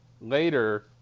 Later